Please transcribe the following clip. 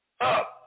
up